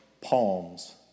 Palms